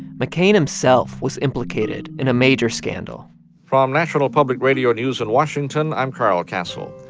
mccain himself was implicated in a major scandal from national public radio news in washington, i'm carl kasell.